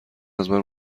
ازمن